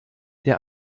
der